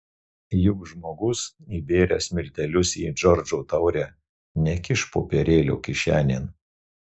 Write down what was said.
juk žmogus įbėręs miltelius į džordžo taurę nekiš popierėlio kišenėn